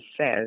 says